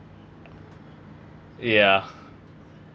ya